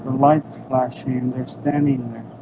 lights flashing and they're standing